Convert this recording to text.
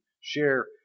share